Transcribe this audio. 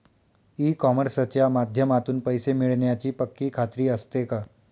E कॉमर्सच्या माध्यमातून पैसे मिळण्याची पक्की खात्री असते का?